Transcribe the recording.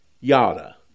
yada